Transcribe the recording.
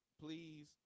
please